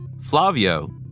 Flavio